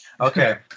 Okay